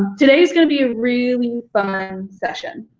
today's gonna be a really fun session,